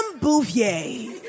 Bouvier